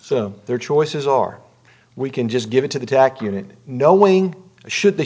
so their choices are we can just give it to the tac unit knowing should they